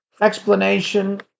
explanation